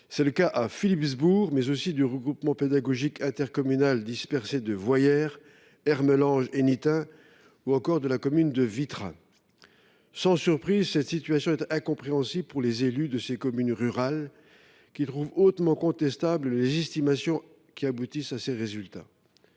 C’est le cas à Philippsbourg, mais aussi au sein des écoles du regroupement pédagogique intercommunal dispersé (RPID) de Voyer, Hermelange et Nitting, ou encore dans la commune de Wittring. Sans surprise, cette situation est incompréhensible pour les élus mosellans de ces communes rurales, qui trouvent hautement contestables les estimations aboutissant à ces résultats.